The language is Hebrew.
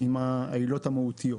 עם העילות המהותיות.